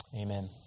amen